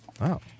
Wow